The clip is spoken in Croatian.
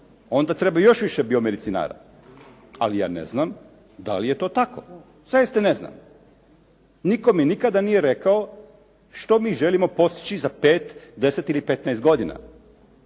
onda treba još više biomedicinara. Ali ja ne znam da li je to tako. Zaista ne znam. Nitko mi nikada nije rekao što mi želimo postići za 5, 10 ili 15 godina.